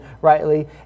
rightly